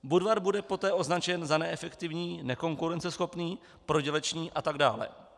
Budvar bude poté označen za neefektivní, nekonkurenceschopný, prodělečný atd.